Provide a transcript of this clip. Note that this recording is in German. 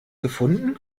gefunden